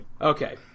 Okay